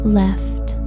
left